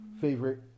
favorite